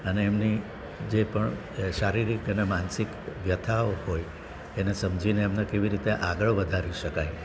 અને એમની જે પણ શારીરિક અને માનસિક વ્યથાઓ હોય એને સમજીને એમને કેવી રીતે આગળ વધારી શકાય